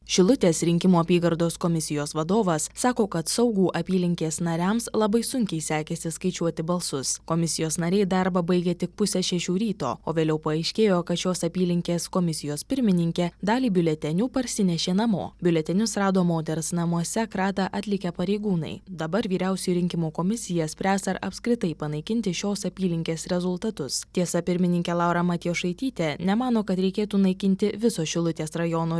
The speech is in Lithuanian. šilutės rinkimų apygardos komisijos vadovas sako kad saugų apylinkės nariams labai sunkiai sekėsi skaičiuoti balsus komisijos nariai darbą baigė tik pusę šešių ryto o vėliau paaiškėjo kad šios apylinkės komisijos pirmininkė dalį biuletenių parsinešė namo biuletenius rado moters namuose kratą atlikę pareigūnai dabar vyriausioji rinkimų komisija spręs ar apskritai panaikinti šios apylinkės rezultatus tiesa pirmininkę laurą matjošaitytę nemano kad reikėtų naikinti viso šilutės rajono